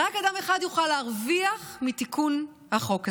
רק אדם אחד יוכל להרוויח מתיקון החוק הזה.